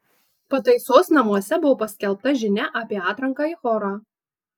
pataisos namuose buvo paskelbta žinia apie atranką į chorą